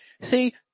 See